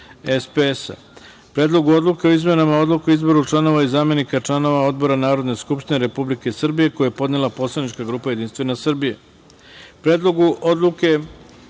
SPS; Predlogu odluke o izmenama Odluke o izboru članova i zamenika članova odbora Narodne skupštine Republike Srbije, koji je podnela poslanička grupa Jedinstvena Srbija; Predlogu odluke